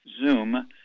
Zoom